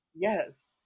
Yes